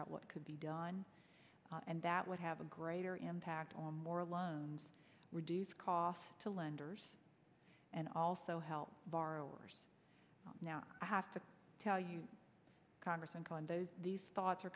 out what could be done and that would have a greater impact on more loans reduce costs to lenders and also help borrowers now have to tell you congressman condit these thoughts are